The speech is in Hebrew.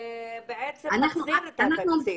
במצב של המועצות המקומיות היום ואפילו במועצות החזקות